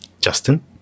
Justin